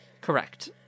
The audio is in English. Correct